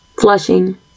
flushing